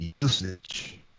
usage